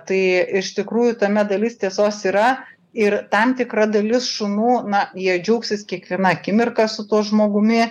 tai iš tikrųjų tame dalis tiesos yra ir tam tikra dalis šunų na jie džiaugsis kiekviena akimirka su tuo žmogumi